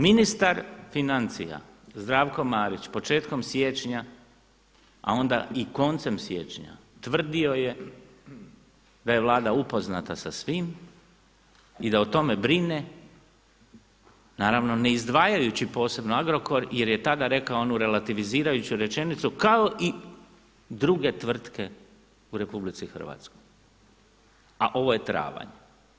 Ministar financija Zdravko Marić početkom siječnja, a onda i koncem siječnja tvrdio je da je Vlada upoznata sa svim i da o tome brine naravno ne izdvajajući posebno Agrokor jer je tada rekao onu relativizirajući rečenicu kao i druge tvrtke u RH, a ovo je travanj.